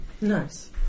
Nice